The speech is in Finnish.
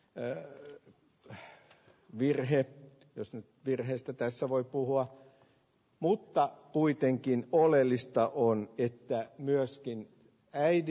leevi lähti virhe jos nyt virheistä tässä voi puhua mutta kuitenkin oleellista on että myöskin päivi